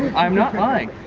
i'm not lying.